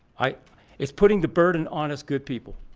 i it's putting the burden on us good people